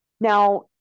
Now